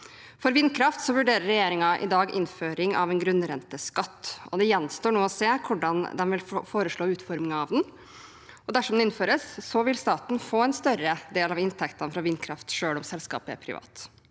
For vindkraft vurderer regjeringen i dag innføring av en grunnrenteskatt. Det gjenstår nå å se hvordan de vil foreslå utformingen av den. Dersom den innføres, vil staten få en større del av inntektene fra vindkraft, selv om selskapet er privat.